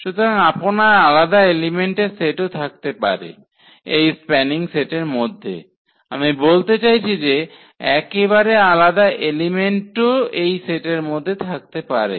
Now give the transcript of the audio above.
সুতরাং আপনার আলাদা এলিমেন্টের সেটও থাকতে পারে এই স্প্যানিং সেটের মধ্যে আমি বলতে চাইছি যে একেবারে আলাদা এলিমেন্টও এই সেটের মধ্যে থাকতে পারে